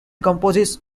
composes